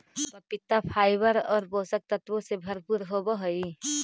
पपीता फाइबर और पोषक तत्वों से भरपूर होवअ हई